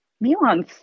Milan's